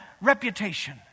reputation